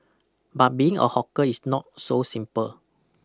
but being a hawker is not so simple